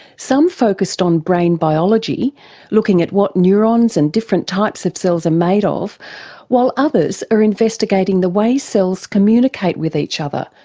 some focussed on brain biology looking at what neurons and different types of cells are made of while others are investigating the way cells communicate with each another,